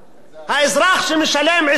האזרח שמשלם 20%,